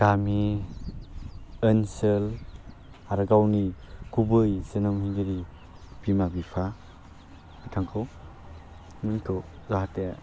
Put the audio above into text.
गामि ओनसोल आरो गावनि गुबै जोनोमगिरि बिमा बिफा बिथांखौ मोनखौ जाहाथे